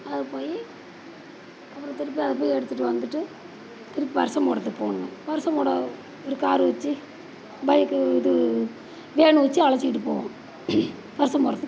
அதை போய் அப்புறம் திருப்பி அதை போய் எடுத்துகிட்டு வந்துட்டு திருப்பி பரிசம் போடுறதுக்கு போகணும் பரிசம் போட ஒரு காரு வச்சு பைக்கு இது வேனு வச்சு அழைச்சிக்கிட்டு போகணும் பரிசம் போடுறதுக்கு